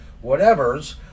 whatever's